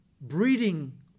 breeding